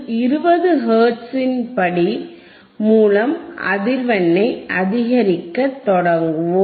20 ஹெர்ட்ஸின் படி மூலம் அதிர்வெண்ணை அதிகரிக்கத் தொடங்குவோம்